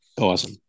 awesome